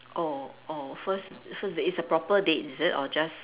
oh oh first first date is a proper date is it or just